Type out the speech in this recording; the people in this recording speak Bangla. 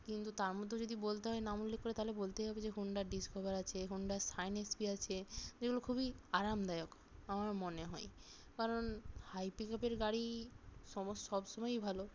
কিন্তু তার মধ্যেও যদি বলতে হয় নাম উল্লেখ করে তাহলে বলতেই হবে যে হণ্ডার ডিসকভার আছে হণ্ডার শাইন এসপি আছে যেগুলো খুবই আরামদায়ক আমার মনে হয় কারণ হাই পিকাপের গাড়ি সমস্ত সবসময়ই ভালো